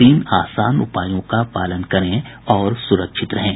तीन आसान उपायों का पालन करें और सुरक्षित रहें